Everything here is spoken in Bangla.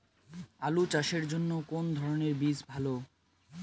আলু চাষের জন্য কোন ধরণের বীজ ভালো?